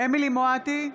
אמילי חיה מואטי,